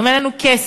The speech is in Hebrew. גם אין לנו כסף,